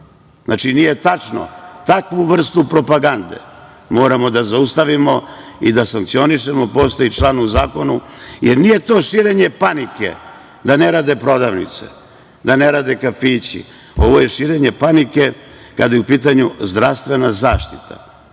Znači, nije tačno! Takvu vrstu propagande moramo da zaustavimo i da sankcionišemo, postoji član u zakonu. Jer, nije to širenje panike da ne rade prodavnice, da ne rade kafići, ovo je širenje panike kada je u pitanju zdravstvena zaštita.